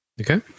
Okay